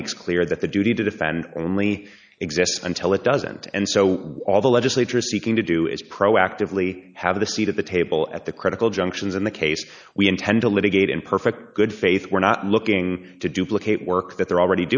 makes clear that the duty to defend only exists until it doesn't and so all the legislature seeking to do is proactively have a seat at the table at the critical junctions in the case we intend to litigate in perfect good faith we're not looking to duplicate work that they're already